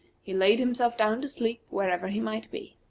he laid himself down to sleep wherever he might be.